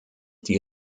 die